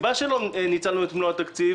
לא ניצלנו את מלוא התקציב